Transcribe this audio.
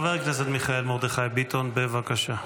חבר הכנסת מיכאל מרדכי ביטון, בבקשה.